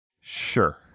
sure